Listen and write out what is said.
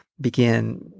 begin